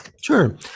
Sure